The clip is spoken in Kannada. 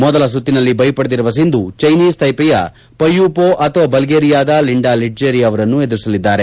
ಮೊದಲ ಸುತ್ತಿನಲ್ಲಿ ಬೈ ಪಡೆದಿರುವ ಸಿಂಧೂ ಚೈನೀಸ್ ತೈಪೆಯ ಪೈ ಯು ಪೊ ಅಥವಾ ಬಲ್ಗೇರಿಯಾದ ಲಿಂಡಾ ಜೆಟ್ಟಿರಿ ಅವರನ್ನ ಎದುರಿಸಲಿದ್ದಾರೆ